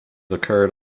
occurred